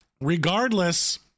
regardless